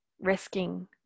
risking